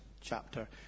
chapter